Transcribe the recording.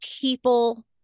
people